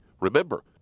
remember